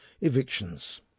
Evictions